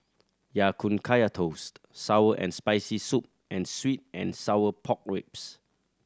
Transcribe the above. Ya Kun Kaya Toast sour and Spicy Soup and sweet and sour pork ribs